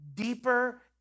deeper